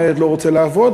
הילד לא רוצה לעבוד,